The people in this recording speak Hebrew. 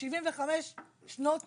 75 שנות